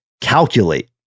calculate